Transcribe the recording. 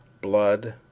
Blood